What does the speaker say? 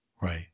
Right